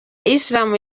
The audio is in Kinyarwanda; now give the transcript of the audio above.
islamu